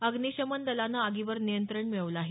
अग्निशमन दलानं आगीवर नियंत्रण मिळवलं आहे